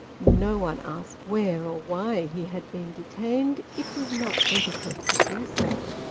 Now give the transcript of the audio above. no one asked where or why he had been detained it was not etiquette to do so.